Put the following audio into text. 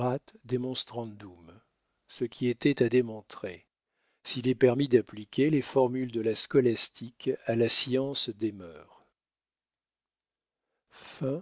ce qui était à démontrer s'il est permis d'appliquer les formules de la scolastique à la science des mœurs